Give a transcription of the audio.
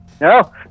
No